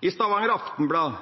i Stavanger Aftenblad